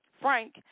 Frank